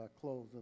close